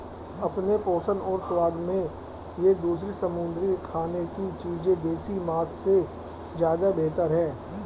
अपने पोषण और स्वाद में ये दूसरी समुद्री खाने की चीजें देसी मांस से ज्यादा बेहतर है